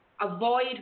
avoid